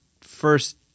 first